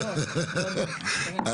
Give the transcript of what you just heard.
הישיבה ננעלה בשעה 11:03.